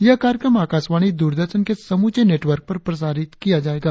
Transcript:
यह कार्यक्रम आकाशवाणी दूरदर्शन के समूचे नेटवर्क पर प्रसारित किया जाएगा